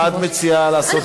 מה את מציעה לעשות עם,